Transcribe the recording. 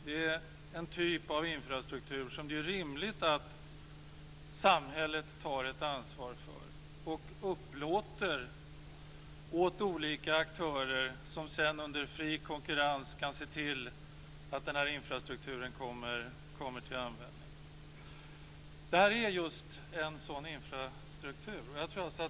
Det är en typ av infrastruktur som det är rimligt att samhället tar ett ansvar för, genom att upplåta åt olika aktörer att under fri konkurrens se till att denna infrastruktur kommer till användning. Det här är just en sådan infrastruktur.